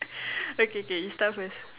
okay K you start first